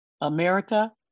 America